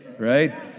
Right